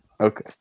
Okay